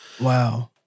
Wow